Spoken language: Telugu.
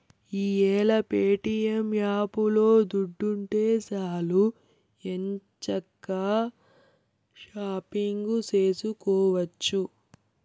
ఈ యేల ప్యేటియం యాపులో దుడ్డుంటే సాలు ఎంచక్కా షాపింగు సేసుకోవచ్చు